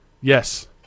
Yes